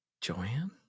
Joanne